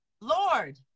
Lord